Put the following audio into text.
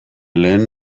lehen